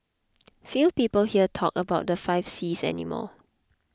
few people here talk about the five Cs any more